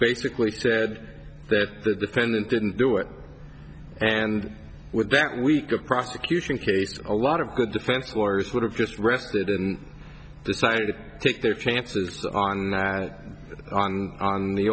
basically said that the defendant didn't do it and with that weak a prosecution case a lot of good defense lawyers would have just rested and decided to take their chances on that on the